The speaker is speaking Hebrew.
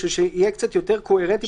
בשביל שזה יהיה קצת יותר קוהרנטי,